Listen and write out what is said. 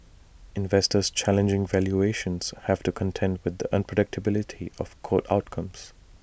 investors challenging valuations have to contend with the unpredictability of court outcomes